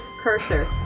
cursor